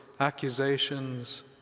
accusations